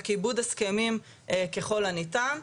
וכיבוד הסכמים ככל הניתן.